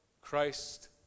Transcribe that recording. Christ